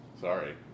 sorry